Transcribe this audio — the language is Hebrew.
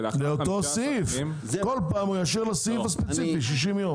כל פעם יאשר לסעיף הספציפי 60 יום.